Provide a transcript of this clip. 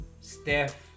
steph